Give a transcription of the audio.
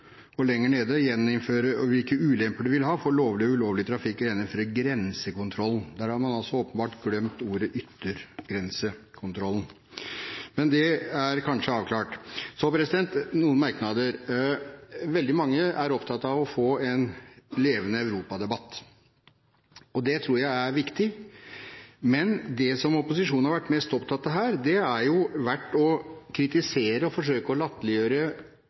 Lenger ned står det at det også bør undersøkes «hvilke ulemper en eventuell gjeninnføring av grensekontroll vil ha for all lovlig og ønskelig trafikk». Der har man altså glemt ordet «yttergrensekontrollen». Men det er kanskje avklart nå. Så har jeg noen merknader. Veldig mange er opptatt av å få en levende europadebatt, og det tror jeg er viktig. Men det som opposisjonen har vært mest opptatt av her, har vært å kritisere og forsøke å latterliggjøre